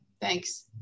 Thanks